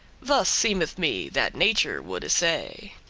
thus seemeth me that nature woulde say.